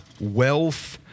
wealth